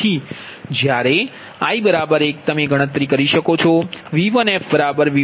તેથી જ્યારે i1 તમે ગણતરી કરી શકો છો